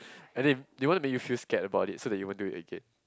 as in they want to make you feel scared about it so that you won't do it again